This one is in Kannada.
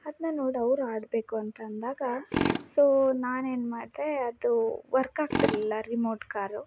ಅದ್ನ ನೋಡಿ ಅವ್ರು ಆಡಬೇಕು ಅಂತಂದಾಗ ಸೋ ನಾನೇನು ಮಾಡಿದೆ ಅದು ವರ್ಕ್ ಆಗ್ತಿರಲಿಲ್ಲ ರಿಮೋಟ್ ಕಾರು